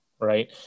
right